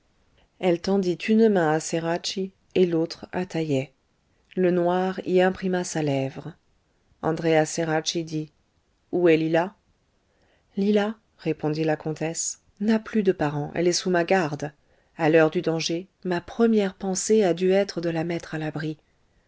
elle tendit une main à ceracchi et l'autre à taïeh le noir y imprima sa lèvre andréa ceracchi dit où est lila lila répondit la comtesse n'a plus de parents elle est sous ma garde à l'heure du danger ma première pensée a dû être de la mettre à l'abri